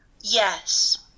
Yes